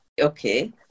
Okay